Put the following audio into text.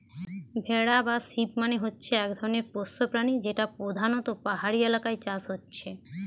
ভেড়া বা শিপ মানে হচ্ছে এক ধরণের পোষ্য প্রাণী যেটা পোধানত পাহাড়ি এলাকায় চাষ হচ্ছে